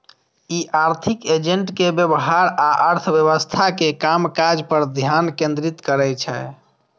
ई आर्थिक एजेंट के व्यवहार आ अर्थव्यवस्था के कामकाज पर ध्यान केंद्रित करै छै